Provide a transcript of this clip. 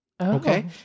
Okay